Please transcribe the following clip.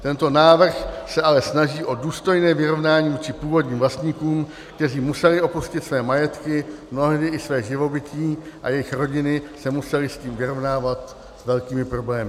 Tento návrh se ale snaží o důstojné vyrovnání vůči původním vlastníkům, kteří museli opustit své majetky, mnohdy i své živobytí a jejichž rodiny se musely s tím vyrovnávat s velkými problémy.